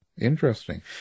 Interesting